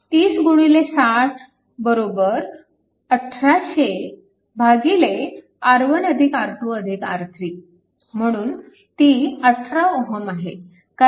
तर 30 60 1800 R1 R2 R3 म्हणून ती 18 Ω आहे